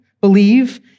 believe